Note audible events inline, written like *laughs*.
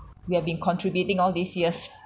we have been contributing all these years *laughs*